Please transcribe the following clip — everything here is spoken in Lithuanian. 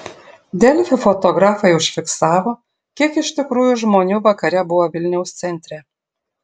delfi fotografai užfiksavo kiek iš tikrųjų žmonių vakare buvo vilniaus centre